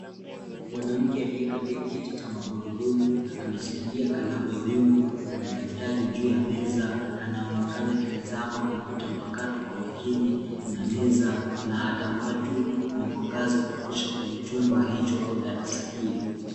Mwanamke aliyekalia kiti cha magurudumu, ameshikilia kalamu ya wino, ana daftari juu ya meza. Anaonekana akitazama kompyuta mpakato kwa makini, na meza, na hata watu, na mwangaza wa kutosha kwenye chumba hicho au darasa hilo.